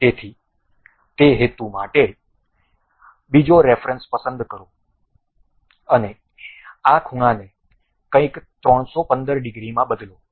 તેથી તે હેતુ માટે બીજો રેફરન્સ પસંદ કરો અને આ ખૂણાને કંઈક 315 ડિગ્રીમાં બદલો